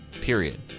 period